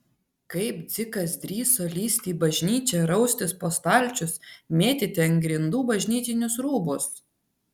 kaip dzikas drįso lįsti į bažnyčią raustis po stalčius mėtyti ant grindų bažnytinius rūbus